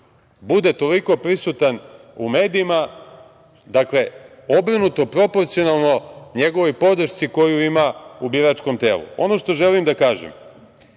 bude toliko prisutan u medijima, dakle, obrnuto proporcionalno njegovoj podršci koju ima u biračkom telu. Ono što želim da kažem,